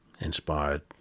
inspired